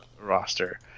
roster